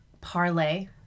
parlay